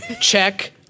Check